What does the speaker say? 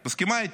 את מסכימה איתי?